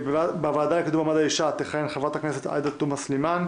בוועדה לקידום מעמד האישה: תכהן חברת הכנסת עאידה תומא סלימאן.